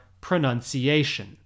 pronunciation